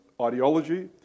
ideology